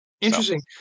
Interesting